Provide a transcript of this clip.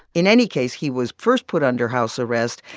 in any case, he was first put under house arrest,